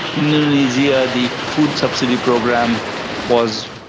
in indonesia the food subsidy program was,